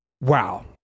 wow